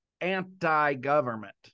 anti-government